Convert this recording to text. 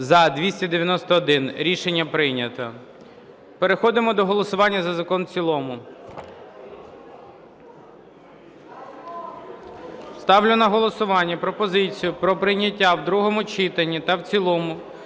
За-291 Рішення прийнято. Переходимо до голосування за закон в цілому. Ставлю на голосування пропозицію про прийняття в другому читанні та в цілому